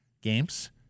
games